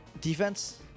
defense